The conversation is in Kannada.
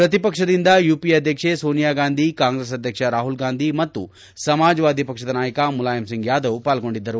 ಪ್ರತಿಪಕ್ಷದಿಂದ ಯುಪಿಎ ಅಧ್ಯಕ್ಷೆ ಸೋನಿಯಾಗಾಂಧಿ ಕಾಂಗ್ರೆಸ್ ಅಧ್ಯಕ್ಷ ರಾಹುಲ್ ಗಾಂಧಿ ಮತ್ತು ಸಮಾಜವಾದಿ ಪಕ್ಷದ ನಾಯಕ ಮುಲಾಯಂ ಸಿಂಗ್ ಯಾದವ್ ಪಾಲ್ಗೊಂಡಿದ್ದರು